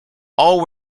all